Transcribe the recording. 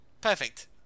Perfect